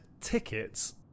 tickets